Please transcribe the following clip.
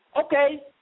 okay